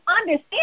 understand